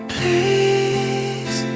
Please